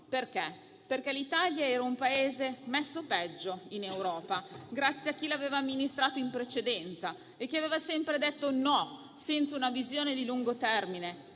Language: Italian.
soldi, perché l'Italia era un Paese messo peggio in Europa grazie a chi l'aveva amministrato in precedenza e che aveva sempre detto no, senza una visione di lungo termine,